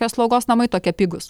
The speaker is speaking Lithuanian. tie slaugos namai tokie pigūs